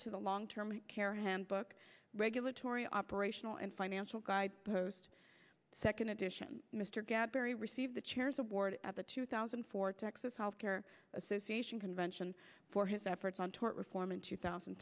to the long term care handbook regulatory operational and financial guidepost second edition mr gadkari received the chairs award at the two thousand and four texas health care association convention for his efforts on tort reform in two thousand